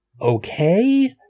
okay